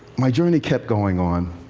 my journey kept going on.